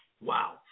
Wow